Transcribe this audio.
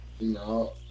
No